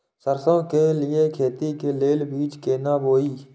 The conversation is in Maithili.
सरसों के लिए खेती के लेल बीज केना बोई?